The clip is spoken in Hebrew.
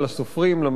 לכותבים,